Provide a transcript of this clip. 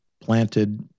planted